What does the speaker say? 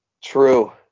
true